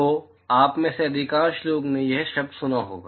तो आप में से अधिकांश लोगों ने यह शब्द सुना होगा